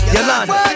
Yolanda